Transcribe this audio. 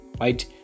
right